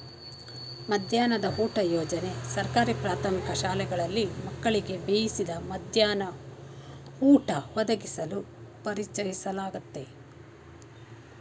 ಮಧ್ಯಾಹ್ನದ ಊಟ ಯೋಜನೆ ಸರ್ಕಾರಿ ಪ್ರಾಥಮಿಕ ಶಾಲೆಗಳಲ್ಲಿ ಮಕ್ಕಳಿಗೆ ಬೇಯಿಸಿದ ಮಧ್ಯಾಹ್ನ ಊಟ ಒದಗಿಸಲು ಪರಿಚಯಿಸ್ಲಾಗಯ್ತೆ